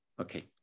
Okay